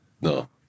No